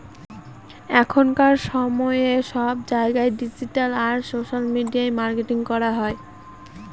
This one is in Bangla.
এখনকার সময়ে সব জায়গায় ডিজিটাল আর সোশ্যাল মিডিয়া মার্কেটিং করা হয়